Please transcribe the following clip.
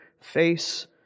face